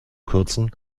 kürzen